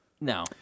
No